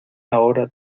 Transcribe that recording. ahora